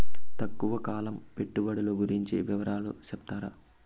తక్కువ కాలం పెట్టుబడులు గురించి వివరాలు సెప్తారా?